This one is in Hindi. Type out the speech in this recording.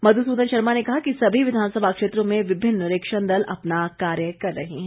मधुसूदन शर्मा ने कहा कि सभी विधानसभा क्षेत्रों में विभिन्न निरीक्षण दल अपना कार्य कर रहे हैं